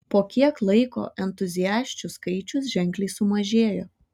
po kiek laiko entuziasčių skaičius ženkliai sumažėjo